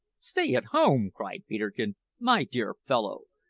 stay at home! cried peterkin. my dear fellow,